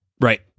right